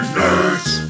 nerds